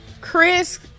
Chris